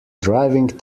driving